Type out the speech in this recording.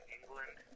England